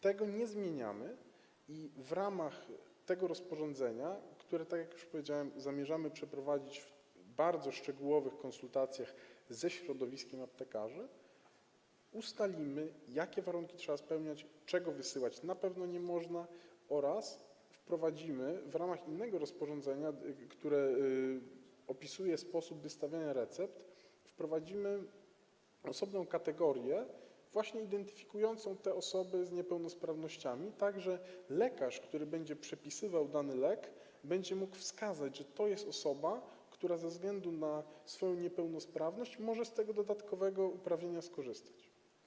Tego nie zmieniamy i w ramach tego rozporządzenia, które - tak jak już powiedziałem - zamierzamy przygotować w drodze bardzo szczegółowych konsultacji ze środowiskiem aptekarzy, ustalimy, jakie warunki trzeba spełniać, czego wysyłać na pewno nie można, oraz wprowadzimy w ramach innego rozporządzenia, które opisuje sposób wystawiania recept, osobną kategorię identyfikującą osoby z niepełnosprawnościami, tak że lekarz, który będzie przepisywał dany lek, będzie mógł wskazać, że to jest osoba, która ze względu na swoją niepełnosprawność może z tego dodatkowego uprawnienia skorzystać.